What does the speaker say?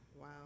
Wow